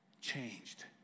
changed